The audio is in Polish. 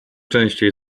częściej